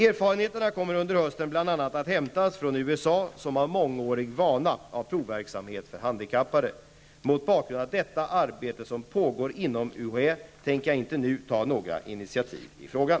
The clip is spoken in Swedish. Erfarenheter kommer under hösten bl.a. att hämtas från USA som har mångårig vana av provverksamhet för handikappade. Mot bakgrund av det arbete som pågår inom UHÄ tänker jag inte nu ta några initiativ i frågan.